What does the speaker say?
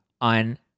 on